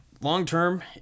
long-term